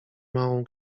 małą